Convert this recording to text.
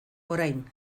orain